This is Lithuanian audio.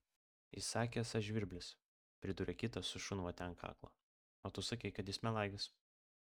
jis sakė esąs žvirblis pridūrė kitas su šunvote ant kaklo o tu sakei kad jis melagis